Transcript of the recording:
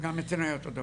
גם אצלנו היה אותו דבר,